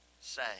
say